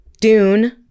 Dune